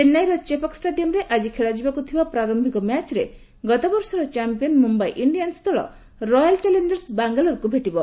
ଚେନ୍ନାଇର ଚେପକ୍ ଷ୍ଟାଡିୟମ୍ରେ ଆକି ଖେଳାଯିବାକୁ ଥିବା ପ୍ରାରୟିକ ମ୍ୟାଚ୍ରେ ଗତବର୍ଷର ଚାମ୍ପିୟନ୍ ମୁମ୍ୟାଇ ଇଣ୍ଡିଆନ୍ସ ଦଳ ରୟାଲ୍ ଚ୍ୟାଲେଞ୍ଜର୍ସ ବାଙ୍ଗାଲୋର୍କୁ ଭେଟିବ